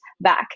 back